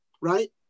right